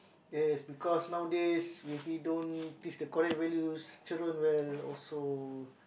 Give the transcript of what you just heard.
yes because nowadays if we don't teach the correct values children will also